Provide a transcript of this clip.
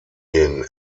den